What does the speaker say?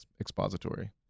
expository